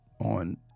on